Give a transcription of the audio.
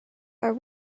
are